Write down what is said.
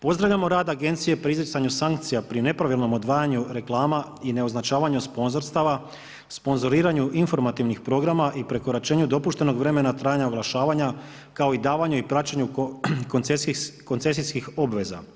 Pozdravljamo rad agencije pri izricanju sankcija pri nepravilnom odvajanju reklama i ne označavanja sponzorstava, sponzoriranju informativnih programa i prekoračenju dopuštenog vremena trajanja oglašavanja kao i davanju i praćenju koncesijskih obveza.